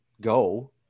go